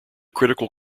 critical